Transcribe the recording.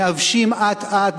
מאוושים אט-אט,